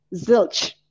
zilch